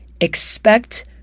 Expect